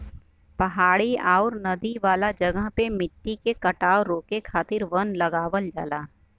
पहाड़ी आउर नदी वाला जगह पे मट्टी के कटाव रोके खातिर वन लगावल जाला